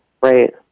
right